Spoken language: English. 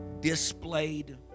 displayed